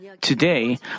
Today